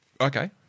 Okay